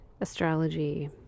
astrology